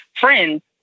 friends